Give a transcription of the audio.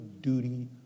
duty